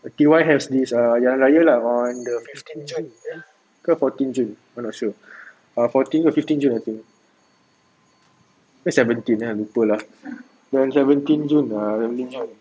T_Y has this jalan raya on the fifteen june eh ke fourteen june I not sure err fourteen or fifteen june I think ke seventeen kan lupa lah on seventeen june ah seventeen june